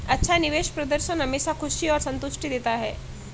अच्छा निवेश प्रदर्शन हमेशा खुशी और संतुष्टि देता है